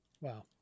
Wow